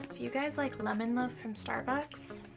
you guys like lemon loaf from starbucks